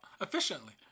efficiently